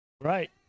Right